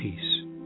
peace